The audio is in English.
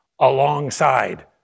alongside